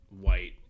white